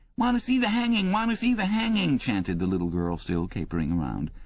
want to see the hanging! want to see the hanging chanted the little girl, still capering round.